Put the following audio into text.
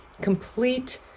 complete